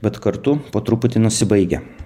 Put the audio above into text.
bet kartu po truputį nusibaigia